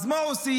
אז מה עושים?